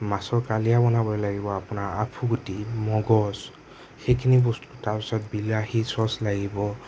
মাছৰ কালীয়া বনাবলে লাগিব আপোনাৰ আফুগুটি মগজ সেইখিনি বস্তু তাছত বিলাহী চ'ছ লাগিব